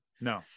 No